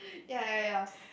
ya ya ya